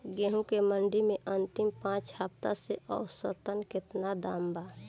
गेंहू के मंडी मे अंतिम पाँच हफ्ता से औसतन केतना दाम बा?